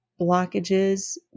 blockages